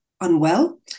unwell